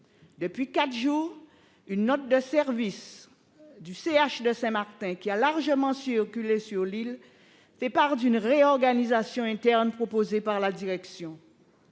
Depuis quatre jours, une note de service du centre hospitalier de Saint-Martin, qui a largement circulé sur l'île fait part d'une réorganisation interne proposée par la direction.